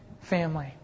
family